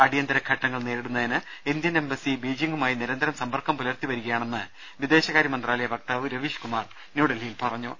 അടിയന്തര ഘട്ടങ്ങൾ നേരിടുന്നതിന് ഇന്ത്യൻ എംബസി ബീജിംഗുമായി നിരന്തരം സമ്പർക്കം പുലർത്തി വരികയാണെന്ന് വിദേശ കാര്യമന്ത്രാലയ വക്താവ് രവീഷ്കുമാർ ന്യൂഡൽഹിയിൽ അറിയിച്ചു